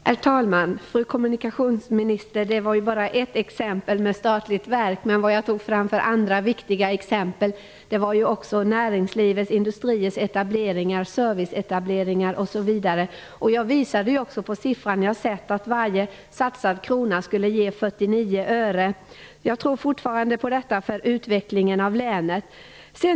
Herr talman! Fru kommunikationsminister! Det här med statliga verk var ju bara ett exempel. Andra viktiga exempel är näringslivet, industriers etableringar, serviceetableringar osv. Jag visade också på siffran, att varje satsad krona skulle ge 49 öre. Jag tror fortfarande på detta för utvecklingen av länet.